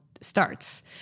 starts